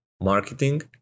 Marketing